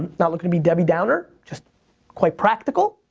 not lookin' to be debbie downer, just quite practical.